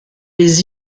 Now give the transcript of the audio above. les